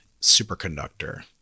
superconductor